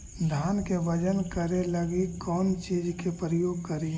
धान के बजन करे लगी कौन चिज के प्रयोग करि?